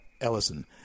Ellison